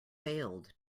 failed